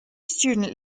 student